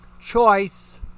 choice